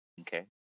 okay